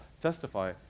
Testify